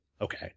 Okay